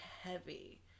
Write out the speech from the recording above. heavy